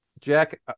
Jack